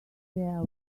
there